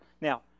now